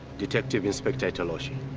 detective inspector itoloshi.